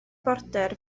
border